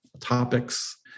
Topics